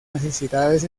necesidades